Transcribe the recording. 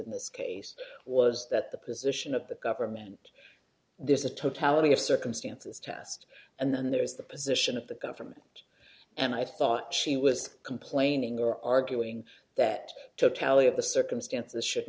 in this case was that the position of the government there's a totality of circumstances test and then there is the position of the government and i thought she was complaining or arguing that totality of the circumstances should